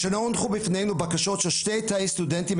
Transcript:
השנה הונחו בפנינו בקשות של שני תאי סטודנטים,